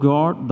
God